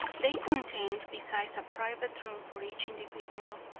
they contained, besides a private room for each individual,